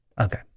Okay